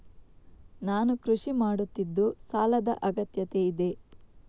ನಾನು ಕೃಷಿ ಮಾಡುತ್ತಿದ್ದು ಸಾಲದ ಅಗತ್ಯತೆ ಇದೆ?